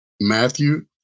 Matthew